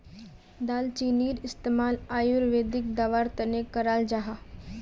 दालचीनीर इस्तेमाल आयुर्वेदिक दवार तने कराल जाहा